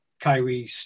Kyrie